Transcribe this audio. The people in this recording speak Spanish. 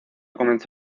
comenzó